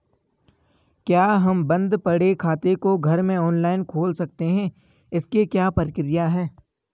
क्या हम बन्द पड़े खाते को घर में ऑनलाइन खोल सकते हैं इसकी क्या प्रक्रिया है?